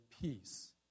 peace